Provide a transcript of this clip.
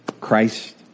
Christ